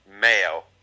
mayo